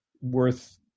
worth